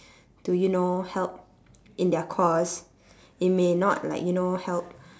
to you know help in their cause it may not like you know help